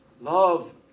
love